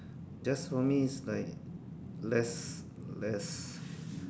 just for me is like less less